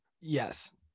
Yes